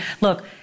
look